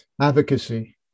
Advocacy